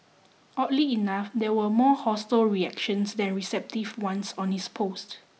oddly enough there were more hostile reactions than receptive ones on his post